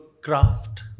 craft